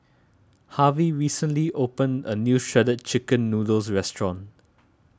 Harvy recently opened a new Shredded Chicken Noodles restaurant